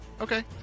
Okay